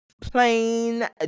plain